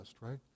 right